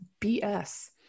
BS